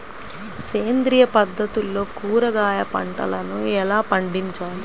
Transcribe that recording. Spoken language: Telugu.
సేంద్రియ పద్ధతుల్లో కూరగాయ పంటలను ఎలా పండించాలి?